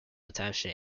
attached